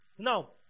Now